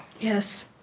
Yes